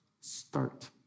start